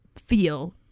feel